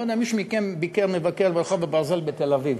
אני לא יודע אם מישהו מכם ביקר או מבקר ברחוב הברזל בתל-אביב.